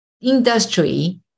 industry